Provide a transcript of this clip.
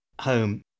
home